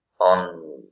on